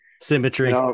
Symmetry